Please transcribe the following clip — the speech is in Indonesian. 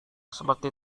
seperti